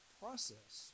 process